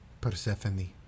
Persephone